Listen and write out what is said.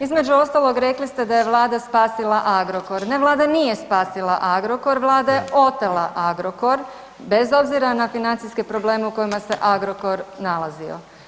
Između ostalog rekli ste da je Vlada spasila Agrokor, ne Vlada nije spasila Agrokor, Vlada je otela Agrokor bez obzira na financijske probleme u kojima se Agrokor nalazio.